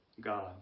God